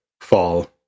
fall